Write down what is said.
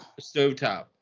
Stovetop